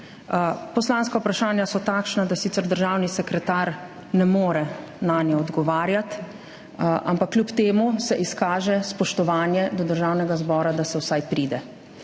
Poslanska vprašanja so takšna, da sicer državni sekretar ne more nanje odgovarjati, ampak kljub temu se izkaže spoštovanje do Državnega zbora, da se vsaj pride.